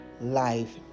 life